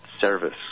service